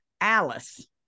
Alice